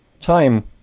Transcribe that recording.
Time